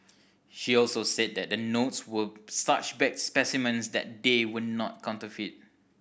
she also said that the notes were such bad specimens that they were not counterfeit